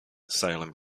salem